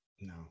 No